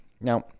now